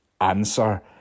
answer